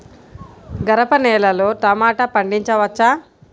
గరపనేలలో టమాటా పండించవచ్చా?